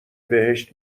بهشت